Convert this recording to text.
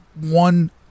one